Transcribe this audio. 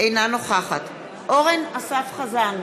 אינה נוכחת אורן אסף חזן,